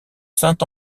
saint